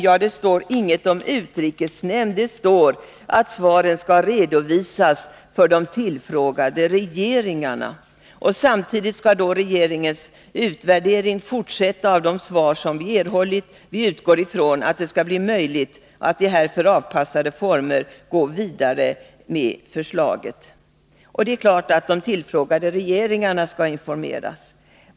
Ja, det står inget om utrikesnämnden. Det står att svaren skall redovisas för de tillfrågade regeringarna. ”Samtidigt fortsätter vår utvärdering av de svar vi erhållit, och vi utgår ifrån att det skall bli möjligt att i härför avpassade former gå vidare med förslaget”, heter det. Det är klart att de tillfrågade regeringarna skall informeras.